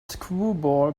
screwball